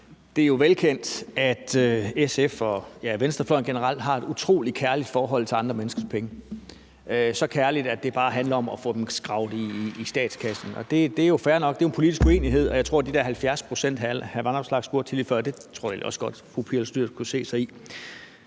Det er jo velkendt, at SF og, ja, venstrefløjen generelt har et utrolig kærligt forhold til andre menneskers penge – så kærligt, at det bare handler om at få dem skrabet i statskassen. Det er jo fair nok, det er en politisk uenighed, og jeg tror, at de der 70 pct., hr. Alex Vanopslagh spurgte til lige før, kunne fru Pia Olsen Dyhr også godt se sig i.